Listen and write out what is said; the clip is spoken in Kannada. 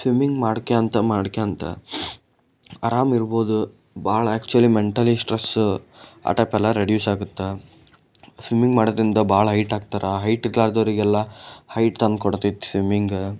ಸ್ವಿಮ್ಮಿಂಗ್ ಮಾಡ್ಕೊಳ್ತಾ ಮಾಡ್ಕೊಳ್ತಾ ಆರಾಮ್ ಇರ್ಬೋದು ಭಾಳ ಆ್ಯಕ್ಚುವಲಿ ಮೆಂಟಲಿ ಸ್ಟ್ರೆಸ್ ಆ ಟೈಪೆಲ್ಲ ರೆಡ್ಯೂಸಾಗುತ್ತೆ ಸ್ವಿಮ್ಮಿಂಗ್ ಮಾಡೋದ್ರಿಂದ ಬಹಳ ಹೈಟ್ ಆಗ್ತಾರೆ ಹೈಟ್ ಇರಲಾರ್ದವ್ರಿಗೆಲ್ಲ ಹೈಟ್ ತಂದ್ಕೊಡ್ತೈತಿ ಇದು ಸ್ವಿಮ್ಮಿಂಗ್